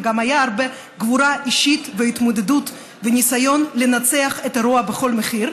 וגם הייתה הרבה גבורה אישית והתמודדות וניסיון לנצח את הרוע בכל מחיר,